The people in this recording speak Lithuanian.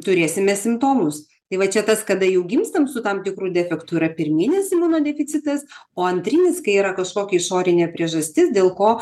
turėsime simptomus tai va čia tas kada jau gimstam su tam tikru defektu yra pirminis imunodeficitas o antrinis kai yra kažkokia išorinė priežastis dėl ko